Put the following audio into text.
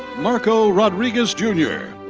marco rodriguez, jnr.